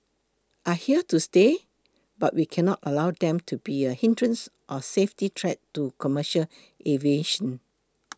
are here to stay but we cannot allow them to be a hindrance or safety threat to commercial aviation